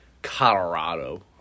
Colorado